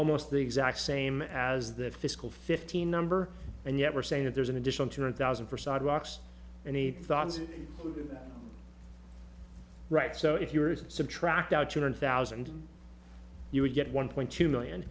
almost the exact same as that fiscal fifteen number and yet we're saying that there's an additional two hundred thousand for sidewalks and he thought it would be that right so if yours subtract out two hundred thousand you would get one point two million